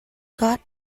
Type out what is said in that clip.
god